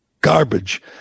garbage